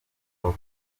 aho